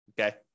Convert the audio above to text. Okay